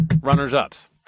runners-ups